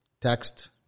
text